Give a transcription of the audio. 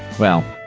well,